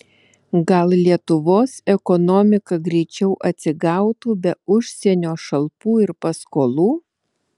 gal lietuvos ekonomika greičiau atsigautų be užsienio šalpų ir paskolų